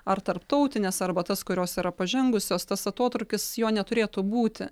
ar tarptautines arba tas kurios yra pažengusios tas atotrūkis jo neturėtų būti